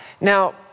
Now